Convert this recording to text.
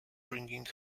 bringing